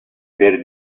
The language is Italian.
per